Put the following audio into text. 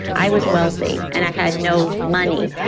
i was wealthy and i had no money.